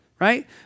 right